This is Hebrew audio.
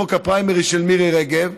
חוק הפריימריז של מירי רגב.